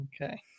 Okay